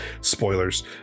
Spoilers